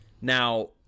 Now